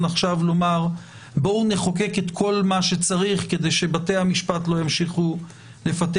לחוקק את כל מה שצריך כדי שבתי המשפט לא ימשיכו לפתח